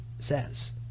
says